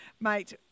mate